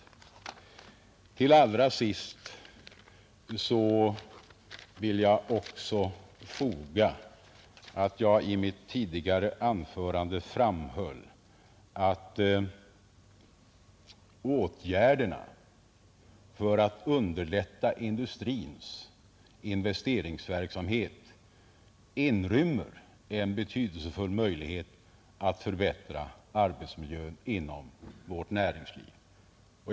Till allra sist vill jag också nämna att jag i mitt tidigare anförande framhöll att åtgärderna för att underlätta industrins investeringsverksamhet inrymmer en betydelsefull möjlighet att förbättra arbetsmiljön inom vårt näringsliv.